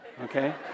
okay